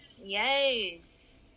Yes